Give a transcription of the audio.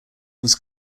was